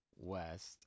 west